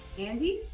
andy,